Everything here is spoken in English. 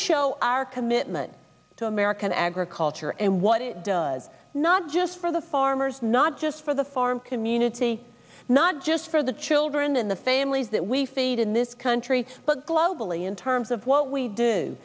show our commitment to american agriculture and what it does not just for the farmers not just for the farm community not just for the children and the families that we feed in this country but globally in terms of what we do